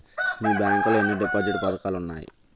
మీ bank లో ఎన్ని deposit పథకాలు ఉన్నాయి?